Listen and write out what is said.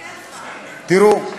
תראו,